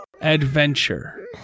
adventure